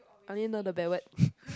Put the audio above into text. I only know the bad word